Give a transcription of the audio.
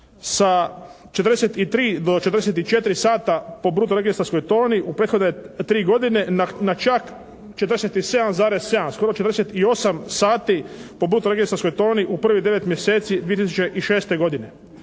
sa 43 do 44 sata po bruto registarskoj toni u prethodne 3 godine na čak 47,7, skoro 48 sati po bruto registarskoj toni u prvih 9 mjeseci 2006. godine,